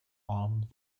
armed